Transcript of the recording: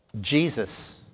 Jesus